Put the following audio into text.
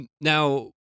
Now